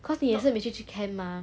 cause 你也是每次去 camp mah